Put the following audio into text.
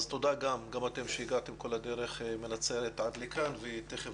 תודה גם לכם שהגעתם כל הדרך מנצרת לכאן ותיכף